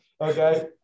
Okay